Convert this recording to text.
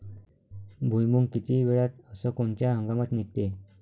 भुईमुंग किती वेळात अस कोनच्या हंगामात निगते?